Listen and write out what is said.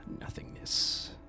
nothingness